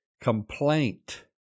complaint